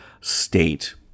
state